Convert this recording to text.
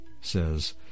says